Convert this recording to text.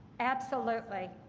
absolutely.